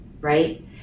right